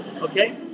Okay